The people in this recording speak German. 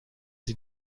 sie